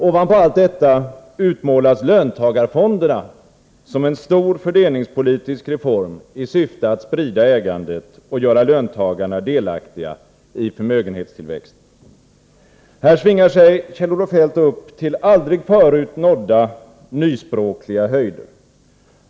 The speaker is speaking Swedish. Ovanpå allt detta utmålas löntagarfonderna som en stor fördelningspolitisk reform i syfte att sprida ägandet och göra löntagarna delaktiga i förmögenhetstillväxten. Här svingar sig Kjell-Olof Feldt upp till aldrig förut nådda nyspråkliga höjder.